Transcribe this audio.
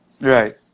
Right